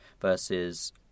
versus